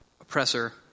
oppressor